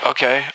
Okay